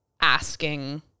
asking